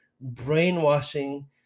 brainwashing